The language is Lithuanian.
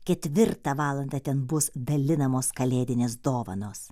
ketvirtą valandą ten bus dalinamos kalėdinės dovanos